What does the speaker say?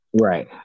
Right